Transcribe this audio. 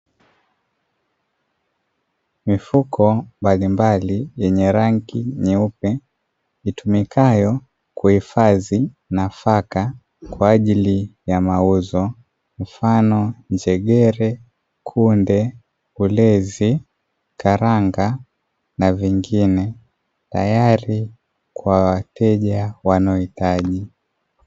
Mifuko mbalimbali yenye rangi nyeupe itumikayo kuhifadhi nafaka kwa ajili ya mauzo mfano njegere, kunde, ulezi, karanga na vingine tayari kwa wateja wanaohitaji.